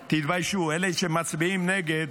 תתביישו, אלה שמצביעים נגד.